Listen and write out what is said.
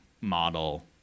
model